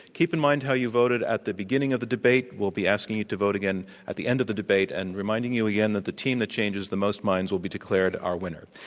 keep in mind how you voted at the beginning of the debate. we'll be asking you to vote again at the end of the debate, and reminding you again that the team that changes the most minds will be declared our winner.